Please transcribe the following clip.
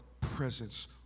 presence